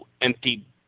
empty